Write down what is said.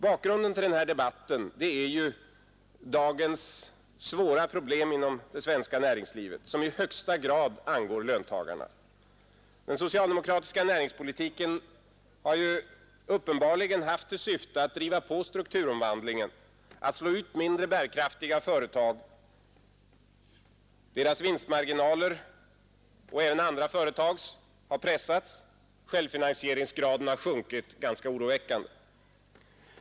Bakgrunden till den här debatten är ju dagens svåra problem inom det svenska näringslivet som i högsta grad angår löntagarna. Den socialdemokratiska näringspolitiken har uppenbarligen haft till syfte att driva på strukturomvandlingen, att slå ut mindre bärkraftiga företag. Deras vinstmarginaler och även andra företags har pressats, självfinansieringsgraden har sjunkit ganska oroväckande.